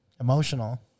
emotional